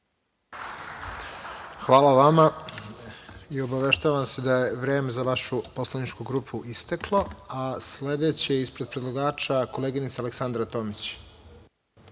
Hvala vama i obaveštavam vas da je vreme za vašu poslaničku grupu isteklo. Sledeća ispred predlagača je koleginica Aleksandra Tomić.